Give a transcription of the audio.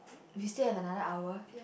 we still have another hour